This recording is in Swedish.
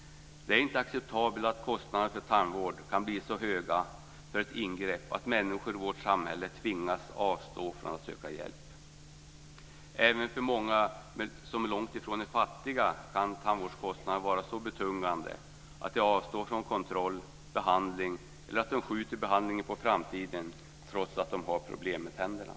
Det är inte acceptabelt att kostnaderna för tandvård kan bli så höga att människor i vårt samhälle tvingas avstå från att söka hjälp. Även för många som långt ifrån är fattiga kan tandvårdskostnaderna vara så betungande att de avstår från kontroll och behandling eller skjuter behandlingen på framtiden trots att de har problem med tänderna.